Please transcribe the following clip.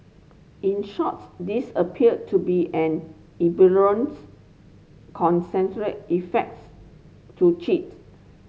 in shorts this appeared to be an effects to cheat